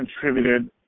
contributed